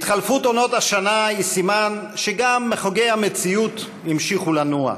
התחלפות עונות השנה היא סימן לכך שגם מחוגי המציאות המשיכו לנוע.